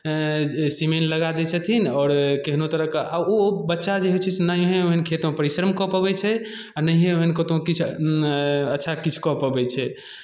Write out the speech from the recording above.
सीमेन लगा दैत छथिन आओर केहनो तरहके आ ओ बच्चा जे होइ छै से नहिए ओहन खेतमे परिश्रम कऽ पबै छै आ नहिए ओहन कतहु किछु अच्छा किछु कऽ पबै छै